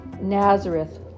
Nazareth